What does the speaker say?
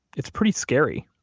it's pretty scary.